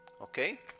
okay